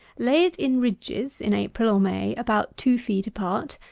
lay it in ridges in april or may about two feet apart,